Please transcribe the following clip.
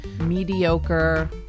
mediocre